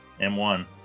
M1